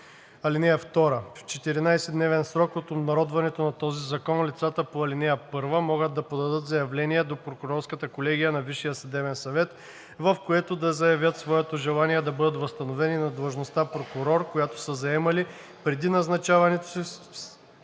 ал. 1. (2) В 14-дневен срок от обнародването на този закон лицата по ал. 1 могат да подадат заявление до прокурорската колегия на Висшия съдебен съвет, в което да заявят своето желание да бъдат възстановени на длъжността прокурор, която са заемали преди назначаването си в